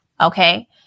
Okay